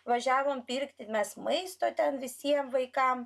važiavom pirkti mes maisto ten visiem vaikam